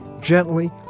gently